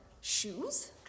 shoes